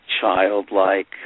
childlike